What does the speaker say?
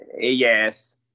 Yes